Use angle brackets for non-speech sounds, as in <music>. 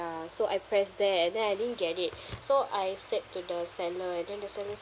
uh so I pressed that and then I didn't get it <breath> so I said to the seller and then the seller